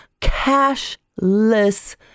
Cashless